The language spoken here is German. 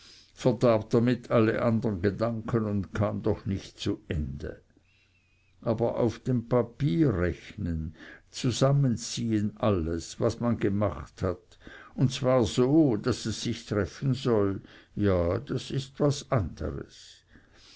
damit alle andern gedanken und kam doch nicht zu ende aber auf dem papier rechnen zusammenziehen alles was man gemacht hat und zwar so daß es sich treffen soll ja das ist was anders